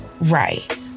Right